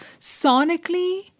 sonically